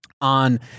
on